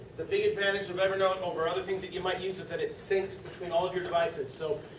the big advantage of evernote over other things that you might use it that it syncs between all of your devices. so,